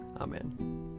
Amen